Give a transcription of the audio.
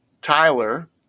Tyler